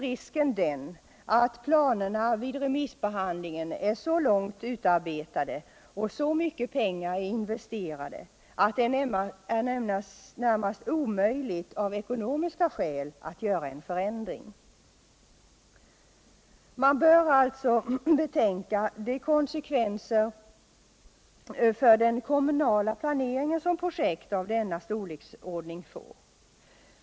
Risken blir annars att vid remissbehandlingen planerna är så långt utarbetade och så mycket pengar investerade att det är närmast omöjligt av ekonomiska skäl att ändra förslagen. Man bör också betänka de konsekvenser för den kommunala planeringen som projekt av denna storleksordning får.